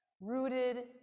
rooted